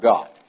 God